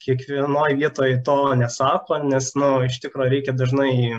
kiekvienoj vietoj to nesako nes nu iš tikro reikia dažnai